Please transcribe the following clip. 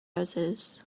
roses